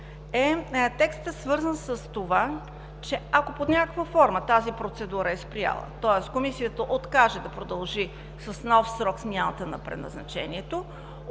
текстът, свързан с това, че ако под някаква форма тази процедура е спряла, тоест Комисията откаже да продължи с нов срок смяната на предназначението,